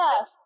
yes